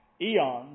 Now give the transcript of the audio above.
eons